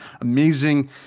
amazing